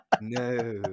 no